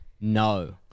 no